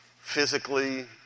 physically